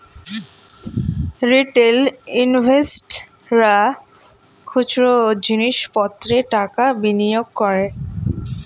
retail ইনভেস্টর্সরা খুচরো জিনিস পত্রে টাকা বিনিয়োগ করে